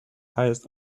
highest